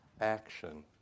action